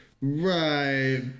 right